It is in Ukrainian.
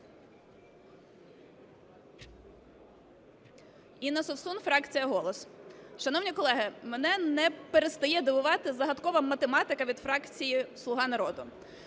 Інна Совсун, фракція "Голос". Шановні колеги, мене не перестає дивувати загадкова математика від фракції "Слуга народу".